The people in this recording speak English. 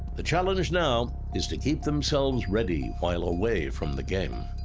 the challenge now is to keep themselves ready while away from the game.